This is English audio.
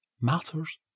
matters